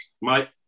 Mike